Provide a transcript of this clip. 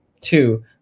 two